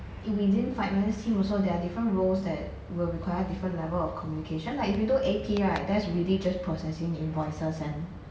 in within finance team also there are different roles that will require different level of communication like if you do A_P right that's really just processing invoices and